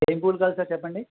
ఏం పూలు కావాలి సార్ చెప్పండి